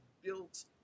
built